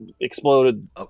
Exploded